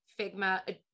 Figma